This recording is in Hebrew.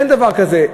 אין דבר כזה.